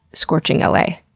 scorching l a.